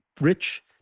rich